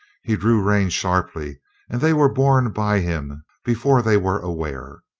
he drew rein sharply and they were borne by him before they were aware.